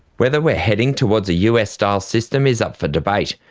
whether we're heading towards a us style system is up for debate,